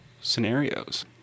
scenarios